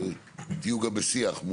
תהיו גם בשיח.